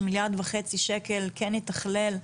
ניתן לומר שמיליארד וחצי שקלים כן יתכללו